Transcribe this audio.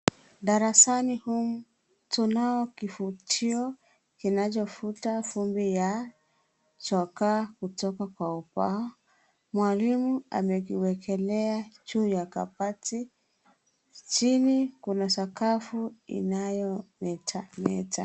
Darasani humu tunao kivutio kinachovuta vumbi cha chokaa kutoka Kwa ubao , mwalimu amekiekelea juu ya kabati, chini kuna sakafu inayilo. metameta.